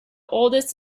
oldest